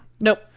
Nope